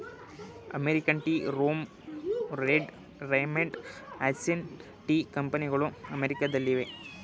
American tea room, red Raymond, Hanes tea ಕಂಪನಿಗಳು ಅಮೆರಿಕದಲ್ಲಿವೆ